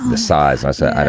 sighs i said, i